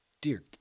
Dear